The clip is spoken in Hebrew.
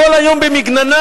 כל היום במגננה.